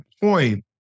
point